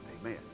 Amen